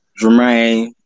Jermaine